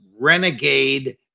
renegade